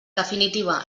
definitiva